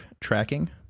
tracking